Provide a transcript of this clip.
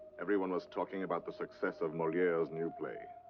everyone was talking about the success of moliere's new play.